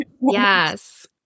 Yes